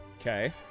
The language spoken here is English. Okay